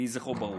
יהי זכרו ברוך.